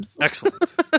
Excellent